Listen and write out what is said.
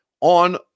on